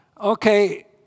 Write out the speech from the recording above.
Okay